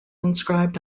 inscribed